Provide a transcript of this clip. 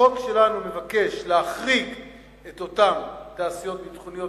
החוק שלנו מבקש להחריג את אותן תעשיות ביטחוניות